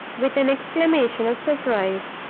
with an exclamation of surprise.